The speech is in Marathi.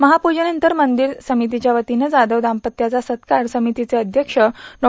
महापुजेनंतर मंदिर समितीच्यावतीनं जाधव दान्पत्याचा सत्कार समितीचे अध्यक्ष डो